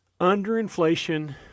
Underinflation